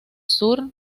sur